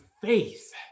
faith